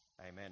Amen